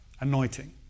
anointing